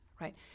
right